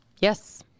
Yes